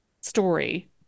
story